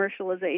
commercialization